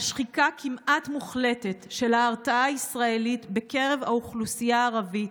שחיקה כמעט מוחלטת של ההרתעה הישראלית בקרב האוכלוסייה הערבית,